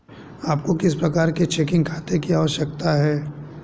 आपको किस प्रकार के चेकिंग खाते की आवश्यकता है?